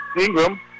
Ingram